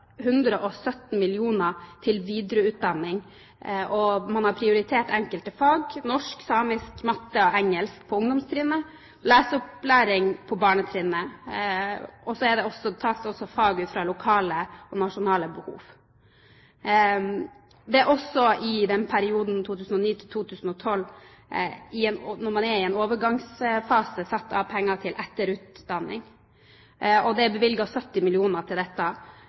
Man har prioritert enkelte fag: norsk, samisk, matte og engelsk på ungdomstrinnet og leseopplæring på barnetrinnet. Så tas det også med fag ut fra lokale og nasjonale behov. Det er også i perioden 2009–2012, når man er i en overgangsfase, satt av penger til etterutdanning. Det er bevilget 70 mill. kr til dette.